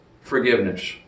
forgiveness